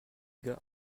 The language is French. gars